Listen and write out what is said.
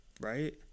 right